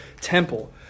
temple